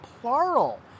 plural